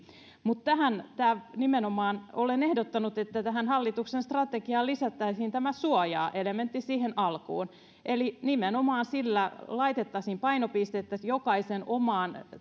mutta nimenomaan olen ehdottanut että tähän hallituksen strategiaan lisättäisiin tämä suojaa elementti siihen alkuun eli nimenomaan sillä laitettaisiin painopistettä jokaisen omaan